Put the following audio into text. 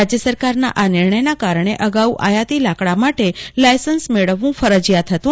રાજ્ય સરકારના આ નિર્ણયના કારણે અગાઉ આયાતી લાકડા માટે લાયસન્સ મેળવવું ફરજિયાત હતું